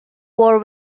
war